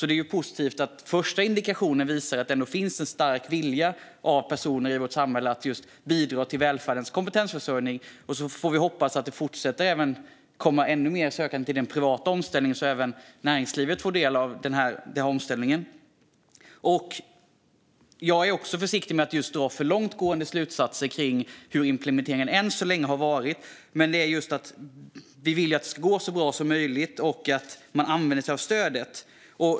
Det är positivt att den första indikationen visar att det finns en stark vilja hos personer i vårt samhälle att bidra till välfärdens kompetensförsörjning. Vi får hoppas att det kommer ännu fler sökande till den privata omställningen, så att även näringslivet får del av omställningen. Jag är också försiktig med att dra långtgående slutsatser om hur implementeringen än så länge har gått till, men vi vill att detta ska gå så bra som möjligt och att man ska använda sig av stödet.